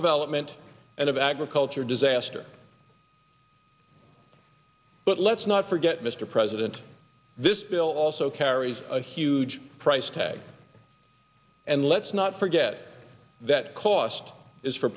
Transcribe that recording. development and of agriculture disaster but let's not forget mr president this bill also carries a huge price tag and let's not forget that cost is for